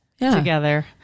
together